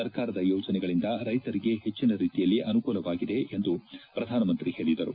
ಸರ್ಕಾರದ ಯೋಜನೆಗಳಿಂದ ರೈತರಿಗೆ ಹೆಚ್ಚಿನ ರೀತಿಯಲ್ಲಿ ಅನುಕೂಲವಾಗಿದೆ ಎಂದು ಪ್ರಧಾನಮಂತ್ರಿ ಹೇಳಿದರು